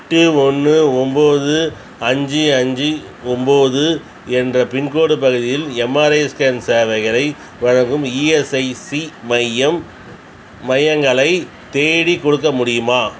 எட்டு ஒன்று ஒம்பது அஞ்சு அஞ்சு ஒம்பது என்ற பின்கோட் பகுதியில் எம்ஆர்ஐ ஸ்கேன் சேவைகளை வழங்கும் இஎஸ்ஐசி மையம் மையங்களை தேடிக்கொடுக்க முடியுமா